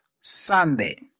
Sunday